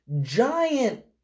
giant